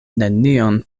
nenion